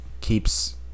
keeps